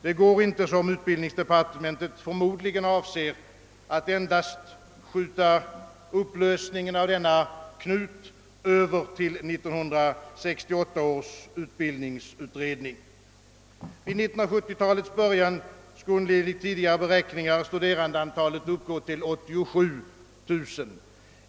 Det går inte — som utbildningsdepartementet förmodligen avser att göra — att endast skjuta över upplösningen av denna knut till 1968 års utbildningsutredning. Vid 1970-talets början skulle enligt tidigare beräkningar studerandeantalet uppgå till 87 000.